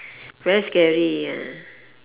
very scary ah